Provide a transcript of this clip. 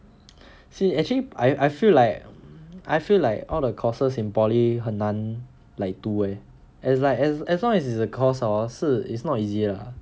say actually I I feel like I feel like all the courses in poly 很难 like to 读 eh it's like as long as is a course hor 是 is not easy lah